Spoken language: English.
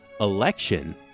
ELECTION